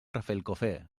rafelcofer